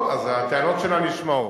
טוב, אז הטענות שלה נשמעות.